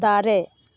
ᱫᱟᱨᱮ